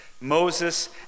Moses